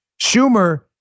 Schumer